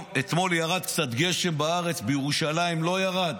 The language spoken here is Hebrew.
אתמול ירד קצת גשם בארץ, בירושלים לא ירד,